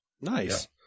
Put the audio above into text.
Nice